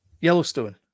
Yellowstone